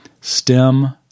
stem